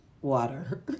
water